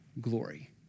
glory